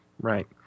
right